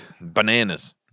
bananas